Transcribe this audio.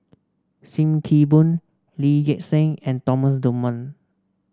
Sim Kee Boon Lee Gek Seng and Thomas Dunman